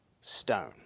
stone